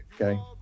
Okay